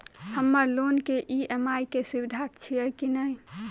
हम्मर लोन केँ ई.एम.आई केँ सुविधा छैय की नै?